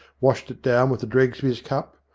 washed it down with the dregs of his cup,